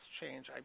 change